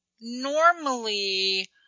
normally